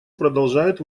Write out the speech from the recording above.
продолжают